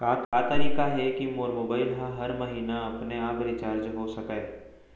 का तरीका हे कि मोर मोबाइल ह हर महीना अपने आप रिचार्ज हो सकय?